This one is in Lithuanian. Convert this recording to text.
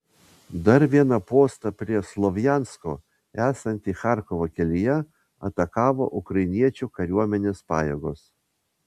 dar vieną postą prie slovjansko esantį charkovo kelyje atakavo ukrainiečių kariuomenės pajėgos